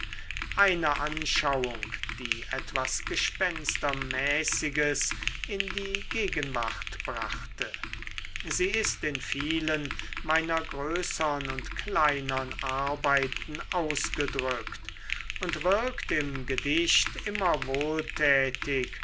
eine anschauung die etwas gespenstermäßiges in die gegenwart brachte sie ist in vielen meiner größern und kleinern arbeiten ausgedrückt und wirkt im gedicht immer